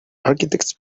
architects